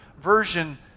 version